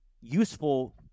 useful